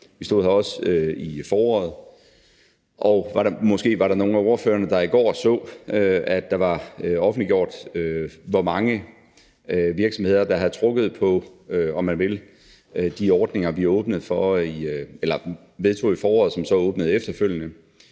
vi stod her også i foråret. Måske var der nogle af ordførerne, der i går så, at der var offentliggjort, hvor mange virksomheder der havde trukket på, om man vil, de ordninger, vi vedtog i foråret, som så åbnede efterfølgende.